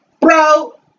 Bro